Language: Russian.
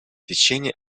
течение